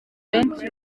benshi